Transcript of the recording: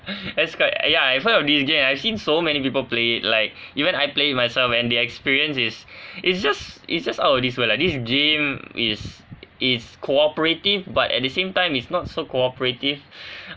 that's quite yeah I've heard of this game I've seen so many people play it like even I play it myself and the experience is it's just it's just out of this world lah this game is is cooperative but at the same time is not so cooperative